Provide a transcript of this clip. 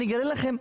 אני אגלה לכם,